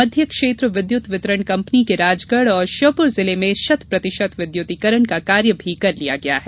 मध्य क्षेत्र विद्युत वितरण कंपनी के राजगढ़ और श्योपुर जिले में शत प्रतिशत विद्युतीकरण का कार्य भी कर लिया गया है